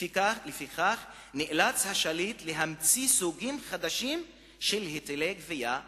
לפיכך נאלץ השליט להמציא סוגים חדשים של היטלי גבייה"